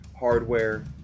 hardware